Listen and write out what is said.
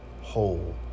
whole